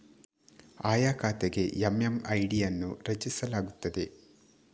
ಆಯಾ ಖಾತೆಗೆ ಎಮ್.ಎಮ್.ಐ.ಡಿ ಅನ್ನು ರಚಿಸಲಾಗುತ್ತದೆ